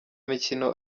mikino